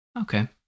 Okay